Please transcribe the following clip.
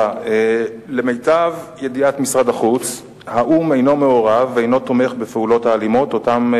בין מוצר אחד לאחר על-פי ההעדפות שלהם או המגבלות הבריאותיות שלהם.